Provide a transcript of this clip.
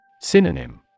Synonym